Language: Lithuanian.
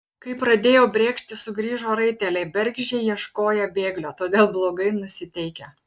kai pradėjo brėkšti sugrįžo raiteliai bergždžiai ieškoję bėglio todėl blogai nusiteikę